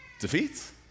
defeats